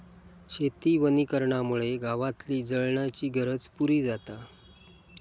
शेती वनीकरणामुळे गावातली जळणाची गरज पुरी जाता